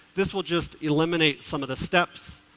this will just eliminate some of the steps,